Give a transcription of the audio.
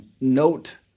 note